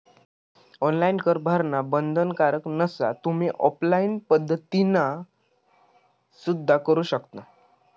online कर भरणा बंधनकारक नसा, तुम्ही ऑफलाइन पद्धतीना सुद्धा करू शकता